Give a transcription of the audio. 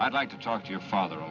i'd like to talk to your father